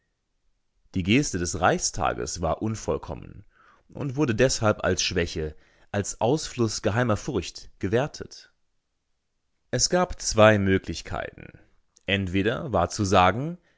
die geste des reichstages war unvollkommen und wurde deshalb als schwäche als ausfluß geheimer furcht gewertet es gab zwei möglichkeiten entweder war zu sagen